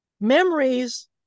Memories